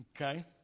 Okay